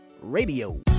Radio